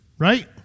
Right